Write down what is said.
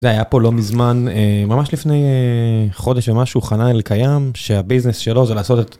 זה היה פה לא מזמן ממש לפני חודש ומשהו חנן אלקיים שהביזנס שלו זה לעשות את...